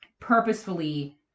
Purposefully